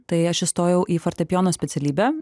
tai aš įstojau į fortepijono specialybę